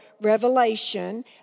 revelation